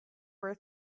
were